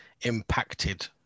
impacted